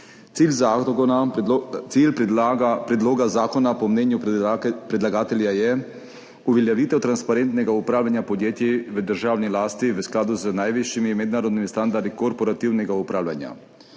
Cilj predloga zakona je po mnenju predlagatelja uveljavitev transparentnega upravljanja podjetij v državni lasti v skladu z najvišjimi mednarodnimi standardi korporativnega upravljanja;